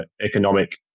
economic